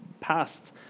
past